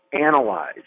analyze